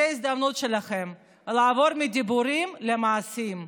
זו ההזדמנות שלכם לעבור מדיבורים למעשים.